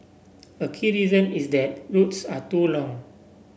a key reason is that routes are too long